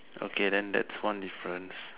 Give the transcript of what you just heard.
okay then that's one difference